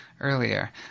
earlier